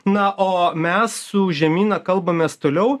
na o mes su žemyna kalbamės toliau